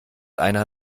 einer